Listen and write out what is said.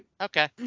Okay